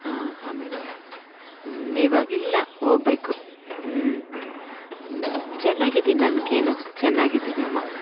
ಹಾಂ ಆಮೇಲೆ ಇವಾಗಿಲ್ಲ ಹೋಗ್ಬೇಕು ಹ್ಞೂ ಚೆನ್ನಾಗಿದ್ದೀನಿ ನನ್ಗೇನು ಚೆನ್ನಾಗಿದ್ದೀನಮ್ಮ